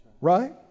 Right